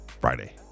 Friday